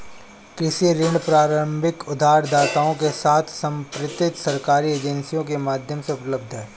कृषि ऋण पारंपरिक उधारदाताओं के साथ समर्पित सरकारी एजेंसियों के माध्यम से उपलब्ध हैं